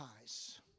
eyes